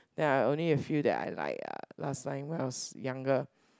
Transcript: ya only you feel that I like ah last time when I was younger